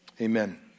amen